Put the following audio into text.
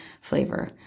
flavor